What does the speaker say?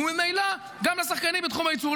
וממילא גם לשחקנים בתחום היצוא.